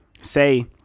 say –